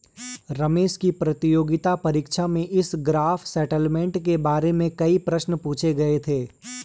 रमेश की प्रतियोगिता परीक्षा में इस ग्रॉस सेटलमेंट के बारे में कई प्रश्न पूछे गए थे